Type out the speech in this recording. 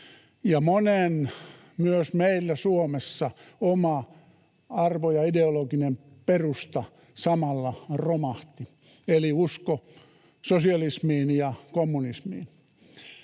ja monen, myös meillä Suomessa, oma arvo- ja ideologinen perusta samalla romahti, eli usko sosialismiin ja kommunismiin.